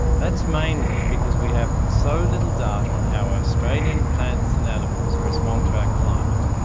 that's mainly because we have so little data on how our australian plants and animals respond to our climate.